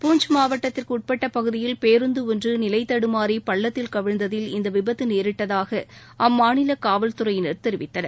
பூஞ்ச் மாவட்டத்திற்கு உட்பட்ட பகுதியில் பேருந்து ஒன்று நிலை தடுமாறி பள்ளத்தில் கவிழ்ந்ததில் இந்த விபத்து நேரிட்டதாக அம்மாநில காவல்துறையினர் தெரிவித்தனர்